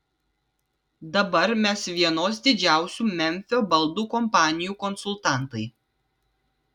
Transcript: dabar mes vienos didžiausių memfio baldų kompanijų konsultantai